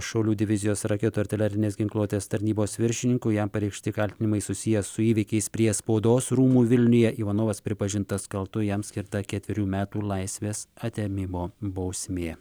šaulių divizijos raketų artilerinės ginkluotės tarnybos viršininku jam pareikšti kaltinimai susiję su įvykiais prie spaudos rūmų vilniuje ivanovas pripažintas kaltu jam skirta ketverių metų laisvės atėmimo bausmė